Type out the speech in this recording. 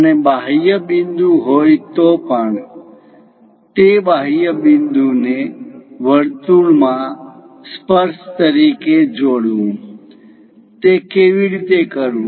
અને બાહ્ય બિંદુ હોય તો પણ તે બાહ્ય બિંદુને તે વર્તુળમાં સ્પર્શ તરીકે જોડવું તે કેવી રીતે કરવું